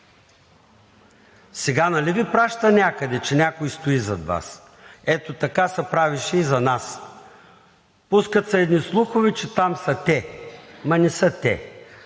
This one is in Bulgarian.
Сега нали Ви праща някъде, че някой стои зад Вас? Ето така се правеше и за нас. Пускат се едни слухове, че там са те, ама не са те.